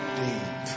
deep